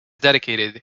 dedicated